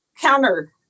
counter